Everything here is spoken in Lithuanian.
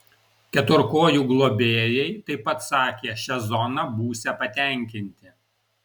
keturkojų globėjai taip pat sakė šia zona būsią patenkinti